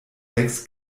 sechs